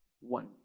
one